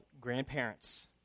grandparents